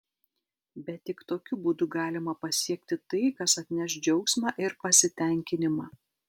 bet tik tokiu būdu galima pasiekti tai kas atneš džiaugsmą ir pasitenkinimą